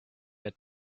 mehr